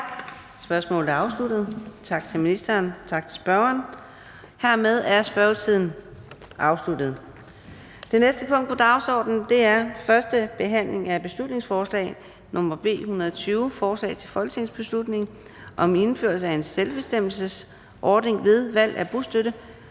Tak. Spørgsmålet er afsluttet. Tak til ministeren, og tak til spørgeren. Hermed er spørgetiden afsluttet. --- Det næste punkt på dagsordenen er: 2) 1. behandling af beslutningsforslag nr. B 120: Forslag til folketingsbeslutning om indførelse af en selvbestemmelsesordning ved valg af bostøtte